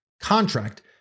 contract